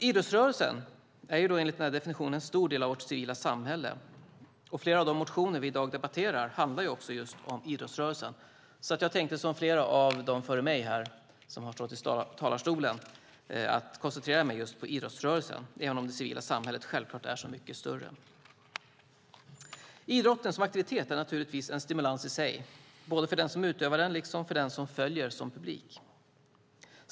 Idrottsrörelsen är enligt denna definition en stor del av vårt civila samhälle, och flera av de motioner vi i dag debatterar handlar om idrottsrörelsen. Som flera av dem som stått i talarstolen före mig tänkte jag koncentrera mig på just idrottsrörelsen, även om det civila samhället självklart är så mycket större. Idrotten som aktivitet är naturligtvis en stimulans i sig både för den som utövar den och för den som följer den som publik.